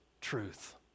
truth